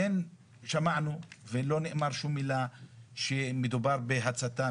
לא שמענו ולא נאמרה שום מילה שמדובר בהצתה,